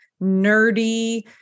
nerdy